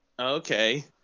Okay